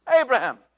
Abraham